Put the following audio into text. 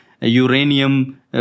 uranium